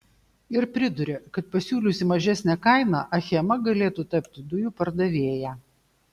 ir priduria kad pasiūliusi mažesnę kainą achema galėtų tapti dujų pardavėja